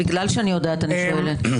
בגלל שאני יודעת, אני שואלת.